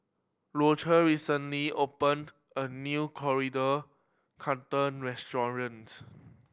Rodger recently opened a new Coriander Chutney restaurant